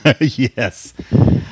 Yes